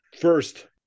first